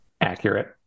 accurate